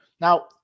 Now